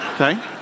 Okay